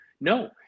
no